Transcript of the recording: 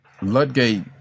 Ludgate